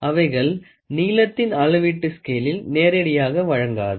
அவைகள் நீளத்தின் அளவீட்டு ஸ்கேலில் நேரடியாக வழங்காது